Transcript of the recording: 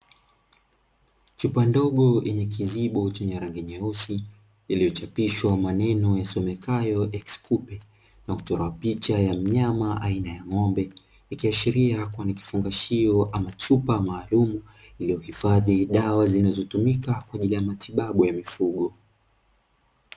Chupa ndogo yenye kizibo chenye rangi nyeusi iliyochapishwa maneno yasomekayo ex kupe, na kuchorwa picha ya mnyama aina ya ng'ombe ikiashiria kuwa ni kifungashio ama chupa maalumu, iliyohifadhi dawa zilizotumika kwa ajili ya matibabu ya mifugo.